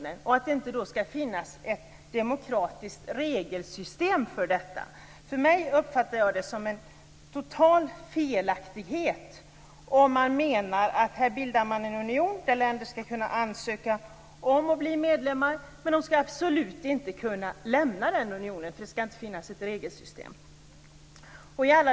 Det är märkligt att det inte skall finnas ett demokratiskt regelsystem för detta. Jag uppfattar det som totalt fel om det är så att man bildar en union som länder kan ansöka om att bli medlemmar i men som de absolut inte skall kunna lämna, därför att det inte skall finnas något regelsystem för detta.